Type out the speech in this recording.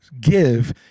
give